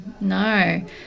no